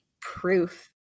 proof